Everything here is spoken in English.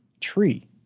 tree